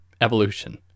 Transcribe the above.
evolution